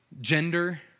gender